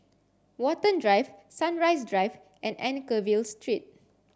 Watten Drive Sunrise Drive and Anchorvale Street